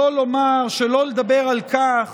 שלא לדבר על כך